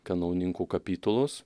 kanauninkų kapitulos